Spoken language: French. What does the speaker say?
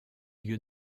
lieu